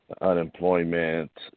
unemployment